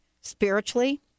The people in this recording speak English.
spiritually